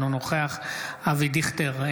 אינו נוכח אבי דיכטר,